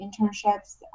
internships